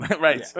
right